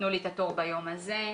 תנו לי את התור ביום הזה,